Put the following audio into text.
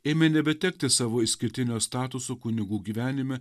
ėmė nebetekti savo išskirtinio statuso kunigų gyvenime